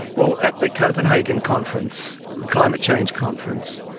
well, at the copenhagen conference, the climate change conference,